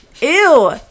Ew